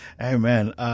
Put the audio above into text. Amen